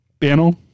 panel